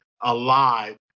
alive